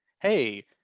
hey